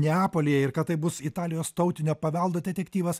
neapolyje ir kad tai bus italijos tautinio paveldo detektyvas